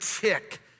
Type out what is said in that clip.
tick